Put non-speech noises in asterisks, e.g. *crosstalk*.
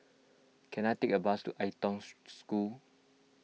can I take a bus to Ai Tong *noise* School